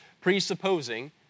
presupposing